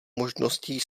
možností